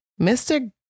mr